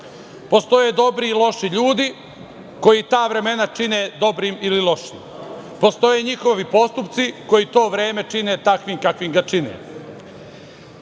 postoje dobri i loši ljudi koji ta vremena čine dobrim ili lošim. Postoje njihovi postupci koji to vreme čine takvim kakvim ga čine. Ceo